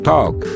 Talk